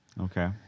okay